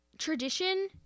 Tradition